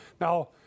Now